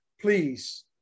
please